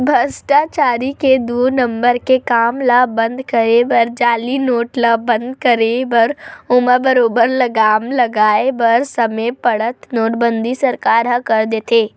भस्टाचारी के दू नंबर के काम ल बंद करे बर जाली नोट ल बंद करे बर ओमा बरोबर लगाम लगाय बर समे पड़त नोटबंदी सरकार ह कर देथे